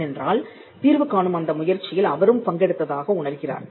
ஏனென்றால் தீர்வுகாணும் அந்த முயற்சியில் அவரும் பங்கெடுத்ததாக உணர்கிறார்